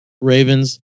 Ravens